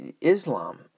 Islam